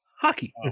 Hockey